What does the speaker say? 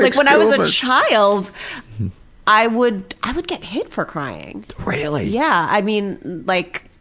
like when i was a child i would i would get hit for crying. really? yeah, i mean, like,